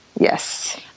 Yes